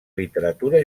literatura